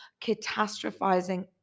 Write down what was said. catastrophizing